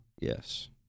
Yes